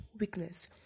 weakness